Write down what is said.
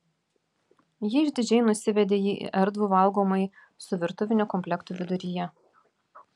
ji išdidžiai nusivedė jį į erdvų valgomąjį su virtuviniu komplektu viduryje